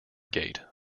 gate